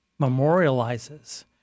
memorializes